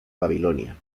babilonia